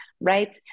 Right